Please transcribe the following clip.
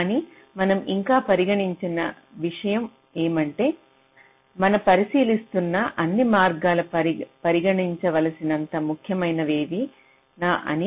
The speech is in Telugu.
కానీ మనం ఇంకా పరిగణించని విషయం ఏమిటంటే మనం పరిశీలిస్తున్న అన్నీ మార్గాలు పరిగణించవలసినంత ముఖ్యమైనవేనా అని